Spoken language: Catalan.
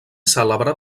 cèlebre